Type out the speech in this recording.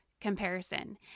comparison